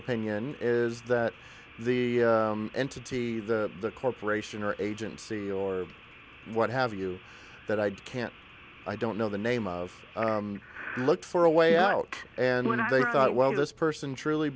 opinion is that the entity the corporation or agency or what have you that i can't i don't know the name of look for a way out and when i thought well this person truly